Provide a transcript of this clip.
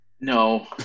no